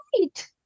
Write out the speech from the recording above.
right